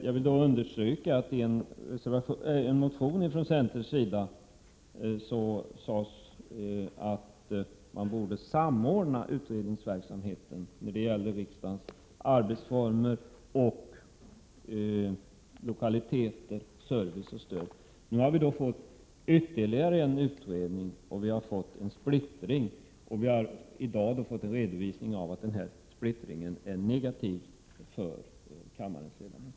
Jag vill understryka att det i en motion från centerpartiet sagts att man borde samordna utredningsverksamheten när det gällde riksdagens arbetsformer och lokaliteter, service och stöd. Nu har vi fått ytterligare en utredning och därmed splittring. I dag har vi fått en redovisning av att denna splittring är negativ för kammarens ledamöter.